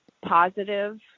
positive